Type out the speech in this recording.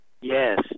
yes